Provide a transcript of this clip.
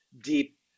deep